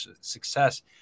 success